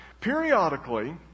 periodically